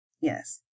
Yes